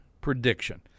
prediction